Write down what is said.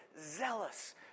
zealous